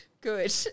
good